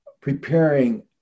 preparing